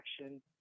action